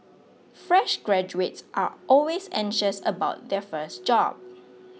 fresh graduates are always anxious about their first job